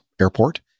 airport